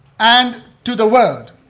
and to the world.